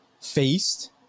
faced